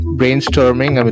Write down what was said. brainstorming